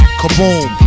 kaboom